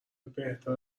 بهتر